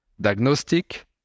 diagnostic